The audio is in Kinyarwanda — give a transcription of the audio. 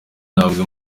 ntabwo